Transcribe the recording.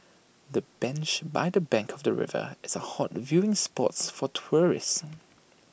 the bench by the bank of the river is A hot viewing spots for tourists